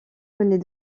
venait